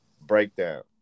breakdown